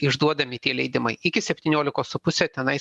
išduodami tie leidimai iki septyniolikos su puse tenais